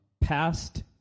past